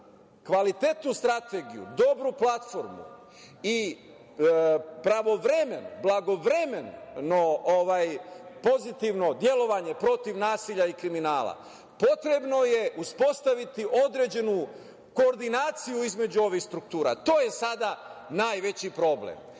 kvalitetnu strategiju, dobru platformu i pravovremeno, blagovremeno pozitivno delovanje protiv nasilja i kriminala, potrebno je uspostaviti određenu koordinaciju između ovih struktura. To je sada najveći problem.